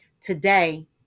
Today